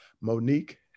Monique